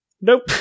Nope